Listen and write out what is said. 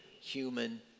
human